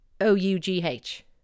O-U-G-H